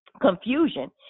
confusion